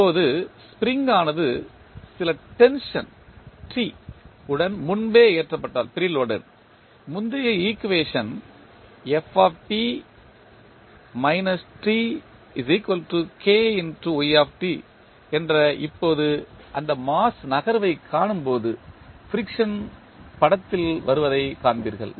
இப்போது ஸ்ப்ரிங் ஆனது சில டென்ஷன் T உடன் முன்பே ஏற்றப்பட்டால் முந்தைய ஈக்குவேஷன் ஐ என்ற இப்போது அந்த மாஸ் நகர்வைக் காணும்போது ஃபிரிக்சன் ம் படத்தில் வருவதைக் காண்பீர்கள்